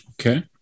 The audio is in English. Okay